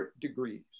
degrees